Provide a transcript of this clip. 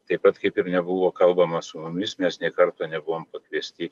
taip pat kaip ir nebuvo kalbama su mumis mes nekarto nebuvom pakviesti